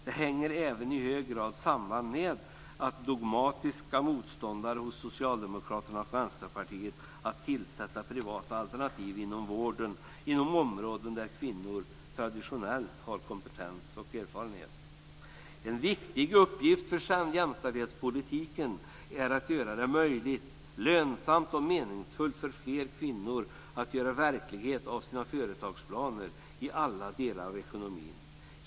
Det hänger även i hög grad samman med det dogmatiska motståndet hos Socialdemokraterna och Vänsterpartiet att tillåta privata alternativ inom områden där kvinnor traditionellt har kompetens och erfarenhet. En viktig uppgift för jämställdhetspolitiken är att göra det möjligt, lönsamt och meningsfullt för fler kvinnor att göra verklighet av sina företagsplaner i alla delar av ekonomin.